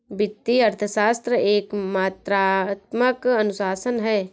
वित्तीय अर्थशास्त्र एक मात्रात्मक अनुशासन है